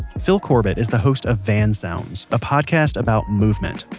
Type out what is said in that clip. fil corbitt is the host of van sounds, a podcast about movement.